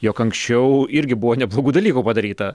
jog anksčiau irgi buvo neblogų dalykų padaryta